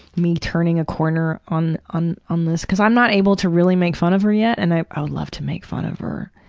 me turning a corner on on this. cause i'm not able to really make fun of her yet, and i i would love to make fun of her.